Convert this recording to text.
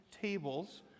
tables